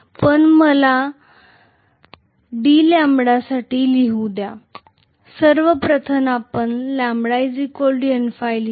पण मला साठी dλ लिहू द्या सर्व प्रथम आपण λ Nø लिहिले